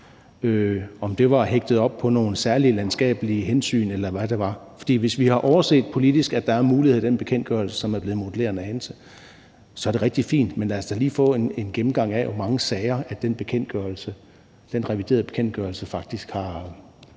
var hægtet op på nogle særlige landskabelige hensyn, eller hvad det var. For hvis vi har overset politisk, at der er muligheder i den bekendtgørelse, som er blevet modelleret en anelse, så er det rigtig fint, men lad os da lige få en gennemgang af, i hvor mange sager den reviderede bekendtgørelse faktisk har